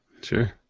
Sure